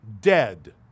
dead